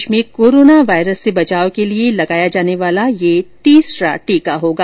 देश में corona virus से बचाव के लिए लगाया जाने वाला यह तीसरा टीका होगा